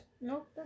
Nope